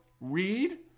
read